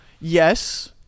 yes